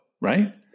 right